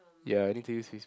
ya you need to use this